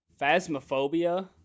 Phasmophobia